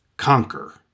conquer